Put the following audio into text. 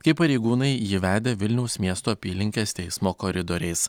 kai pareigūnai jį vedė vilniaus miesto apylinkės teismo koridoriais